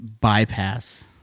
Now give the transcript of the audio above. bypass